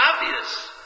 obvious